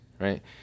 right